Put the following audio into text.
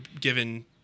given